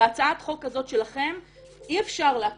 יש טעם לפגם